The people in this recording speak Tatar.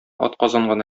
атказанган